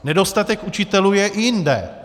Nedostatek učitelů je i jinde.